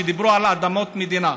כשדיברו על אדמות מדינה.